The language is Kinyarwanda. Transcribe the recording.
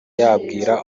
yabwira